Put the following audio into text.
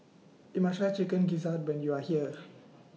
YOU must Try Chicken Gizzard when YOU Are here